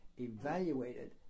evaluated